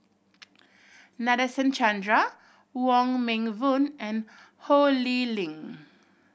Nadasen Chandra Wong Meng Voon and Ho Lee Ling